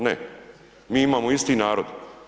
Ne, mi imamo isti narod.